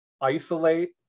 isolate